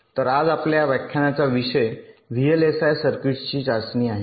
तर आज आपल्या व्याख्यानाचा विषय व्हीएलएसआय सर्किट्सची चाचणी आहे